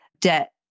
debt